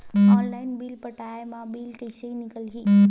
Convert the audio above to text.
Online bill पटाय मा bill कइसे निकलही?